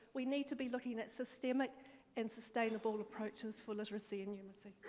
we need to be looking at systemic and sustainable approaches for literacy and numeracy.